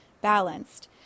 balanced